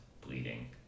bleeding